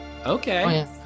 Okay